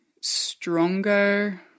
stronger